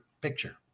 picture